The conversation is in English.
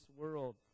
world